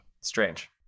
strange